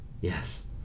Yes